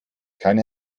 keine